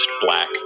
black